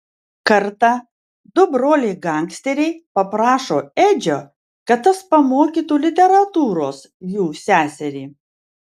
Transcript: kartą du broliai gangsteriai paprašo edžio kad tas pamokytų literatūros jų seserį